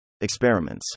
Experiments